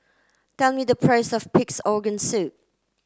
tell me the price of pig's organ soup